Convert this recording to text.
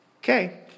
Okay